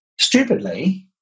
stupidly